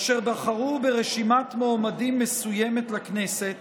אשר בחרו ברשימת מועמדים מסוימת לכנסת